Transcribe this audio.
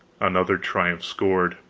another triumph scored.